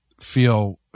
feel